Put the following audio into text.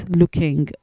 looking